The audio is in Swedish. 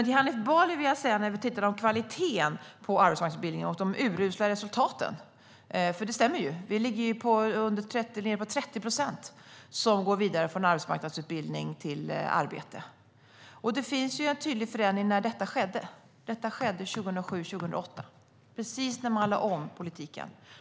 Till Hanif Bali vill jag säga att det han säger om kvaliteten på arbetsmarknadsutbildningen och de urusla resultaten stämmer. Det är ned emot 30 procent som går vidare från arbetsmarknadsutbildning till arbete. Det finns en tydlig tidpunkt för när denna förändring skedde. Det här skedde 2007-2008, precis när man lade om politiken.